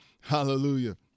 Hallelujah